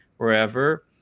wherever